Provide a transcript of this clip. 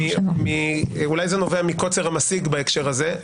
אולי זה נובע מקוצר המשיג בהקשר הזה.